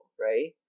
right